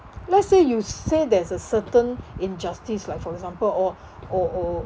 let's say you say there's a certain injustice like for example or or or or